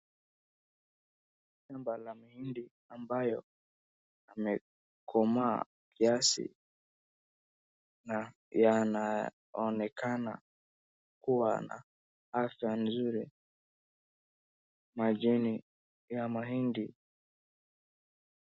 Shamba la mahindi ambayo yamekomaa kiasi na yanaonekana kuwa na afya mzuri majini ya mahindi.